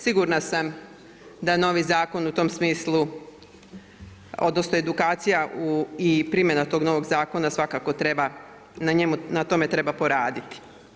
Sigurna sam da novi zakon u tom smislu odnosno edukacija i primjena tog novog zakona svakako treba na tome poraditi.